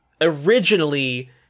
originally